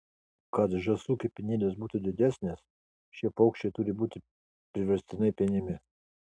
kad žąsų kepenėlės būtų didesnės šie paukščiai turi būti priverstinai penimi